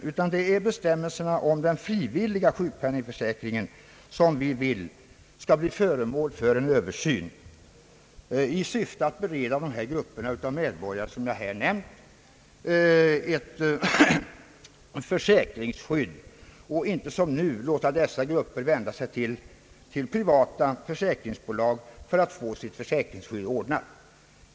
Vad vi riktar oss mot är bestämmelserna om den frivilliga sjukpenningförsäkringen, som vi vill skall bli föremål för en översyn i syfte att bereda de här nämnda grupperna av medborgare ett försäkringsskydd. De skall inte som nu behöva vända sig till privata försäkringsbolag för att få sitt försäkringsskydd ordnat.